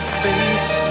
face